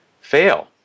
fail